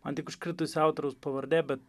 man tik užkritusi autoriaus pavardė bet